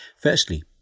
Firstly